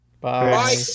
bye